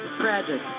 tragic